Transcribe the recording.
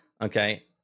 okay